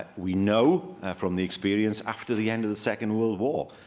we know from the experience after the end of the second world war,